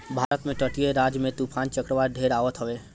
भारत के तटीय राज्य में तूफ़ान चक्रवात ढेर आवत हवे